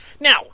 Now